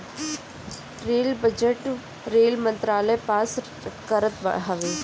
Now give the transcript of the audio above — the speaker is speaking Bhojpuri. रेल बजट रेल मंत्रालय पास करत हवे